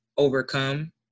overcome